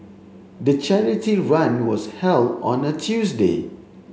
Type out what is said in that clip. the charity run was held on a Tuesday